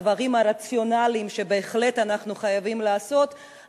הדברים הרציונליים שבהחלט אנחנו חייבים לעשות,